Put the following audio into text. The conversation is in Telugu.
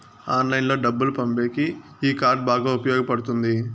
ఆన్లైన్లో డబ్బులు పంపేకి ఈ కార్డ్ బాగా ఉపయోగపడుతుంది